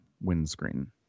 windscreen